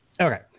Okay